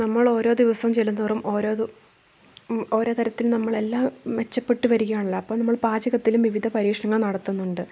നമ്മൾ ഓരോ ദിവസം ചെല്ലുന്തോറും ഓരോതു ഓരോ തരത്തിൽ നമ്മൾ എല്ലാം മെച്ചപ്പെട്ട് വരികയാണല്ലോ അപ്പൊൾ നമ്മൾ പാചകത്തിലും വിവിധ പരീക്ഷണങ്ങൾ നടത്തുന്നുണ്ട്